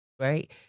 right